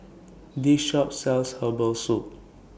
This Shop sells Herbal Soup